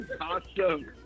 Awesome